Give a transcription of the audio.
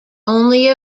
only